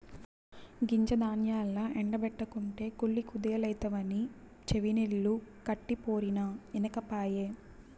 గింజ ధాన్యాల్ల ఎండ బెట్టకుంటే కుళ్ళి కుదేలైతవని చెవినిల్లు కట్టిపోరినా ఇనకపాయె